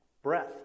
Breath